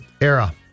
era